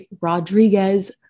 Rodriguez